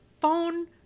phone